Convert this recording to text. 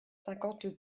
cinquante